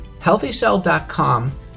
HealthyCell.com